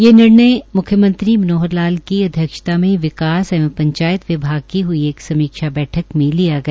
यह निर्णय मुख्यमंत्री श्री मनोहर लाल की अध्यक्षता में विकास एवं पंचायत विभाग की हई एक समीक्षा बैठक में लिया गया